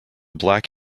black